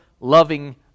loving